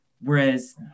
Whereas